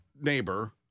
neighbor